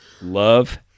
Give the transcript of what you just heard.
Love